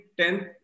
10